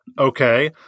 Okay